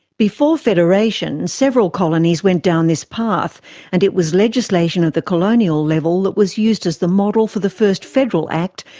before federation, several colonies went down this path and it was legislation at the colonial level that was used as the model for the first federal act,